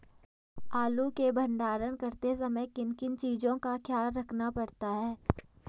आलू के भंडारण करते समय किन किन चीज़ों का ख्याल रखना पड़ता है?